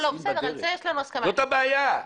זו הבעיה.